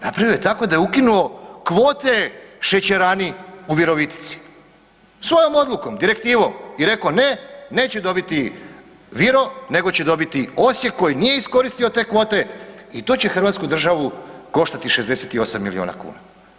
Napravio ju je tako da je ukinuo kvote Šećerani u Virovitici, svojom odlukom, direktivom i rekao ne, neće dobiti Viro nego će dobiti Osijek koji nije iskoristio te kvote i to će Hrvatsku državu koštati 68 milijuna kuna.